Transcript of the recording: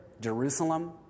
Jerusalem